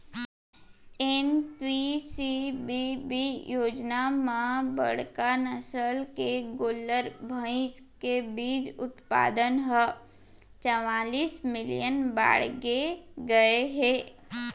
NPCBB योजना म बड़का नसल के गोल्लर, भईंस के बीज उत्पाउन ह चवालिस मिलियन बाड़गे गए हे